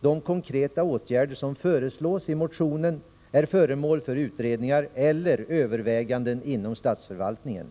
de konkreta åtgärder som föreslås i motionen är föremål för utredningar eller överväganden inom statsförvaltningen.